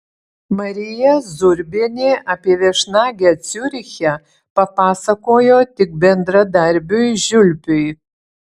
marija zurbienė apie viešnagę ciuriche papasakojo tik bendradarbiui žiulpiui